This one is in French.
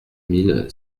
mille